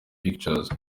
pictures